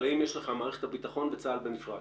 אבל האם יש לך מערכת הביטחון וצה"ל בנפרד?